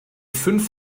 fünf